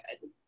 good